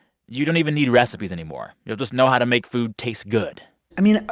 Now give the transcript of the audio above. you don't even need recipes anymore. you'll just know how to make food taste good i mean,